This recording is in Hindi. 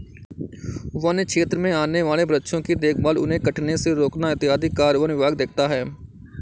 वन्य क्षेत्र में आने वाले वृक्षों की देखभाल उन्हें कटने से रोकना इत्यादि कार्य वन विभाग देखता है